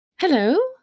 Hello